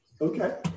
Okay